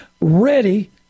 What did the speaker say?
ready